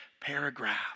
paragraph